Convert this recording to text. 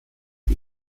die